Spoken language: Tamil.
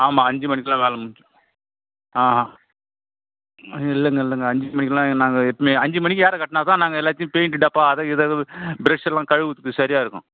ஆமாம் அஞ்சு மணிக்கிலாம் வேலை முடிஞ்சுரும் ஆ ஹா இல்லைங்க இல்லைங்க அஞ்சு மணிக்குலாம் நாங்கள் எப்போயுமே அஞ்சு மணிக்கு ஏறக்கட்டினா தான் நாங்கள் எல்லாத்தையும் பெயிண்டு டப்பா அதை இதை ப்ரஷ் எல்லாம் கழுவுகிறதுக்கு சரியாக இருக்கும்